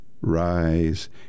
rise